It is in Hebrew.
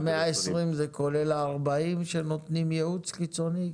ה-120 זה כולל ה-40 שנותנים יעוץ חיצוני?